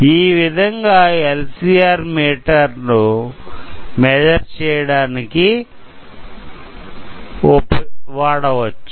ఈ విధంగా LCR meter measure చేయడానికి వాడవచ్చు